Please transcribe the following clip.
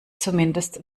zumindest